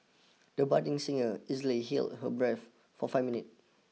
the budding singer easily held her breath for five minutes